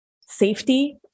safety